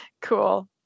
Cool